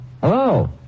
Hello